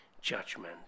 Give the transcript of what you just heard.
judgment